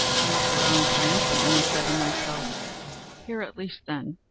i looked around triumphantly, and said to myself here at least, then,